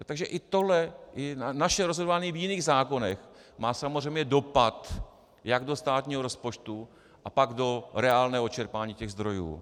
Takže i naše rozhodování v jiných zákonech má samozřejmě dopad jak do státního rozpočtu, tak do reálného čerpání těch zdrojů.